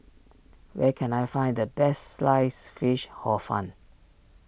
where can I find the best Sliced Fish Hor Fun